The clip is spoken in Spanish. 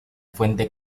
fuente